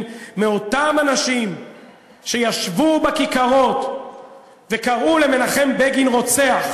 מאותם אנשים שישבו בכיכרות וקראו למנחם בגין רוצח